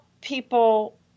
people